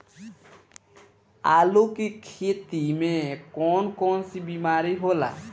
आलू की खेती में कौन कौन सी बीमारी होला?